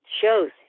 shows